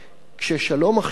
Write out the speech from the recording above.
כש"שלום עכשיו"